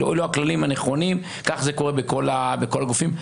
אלה הכללים הנכונים, כך זה קורה בכל הגופים.